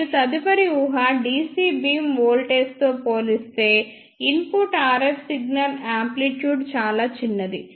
మరియు తదుపరి ఊహ dc బీమ్ వోల్టేజ్తో పోలిస్తే ఇన్పుట్ RF సిగ్నల్ యాంప్లిట్యూడ్ చాలా చిన్నది